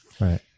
Right